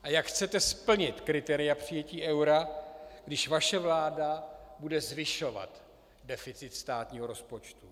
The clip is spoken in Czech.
A jak chcete splnit kritéria přijetí eura, když vaše vláda bude zvyšovat deficit státního rozpočtu?